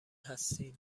هستین